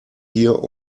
hier